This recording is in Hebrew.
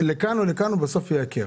כך שבסוף זה ייקר.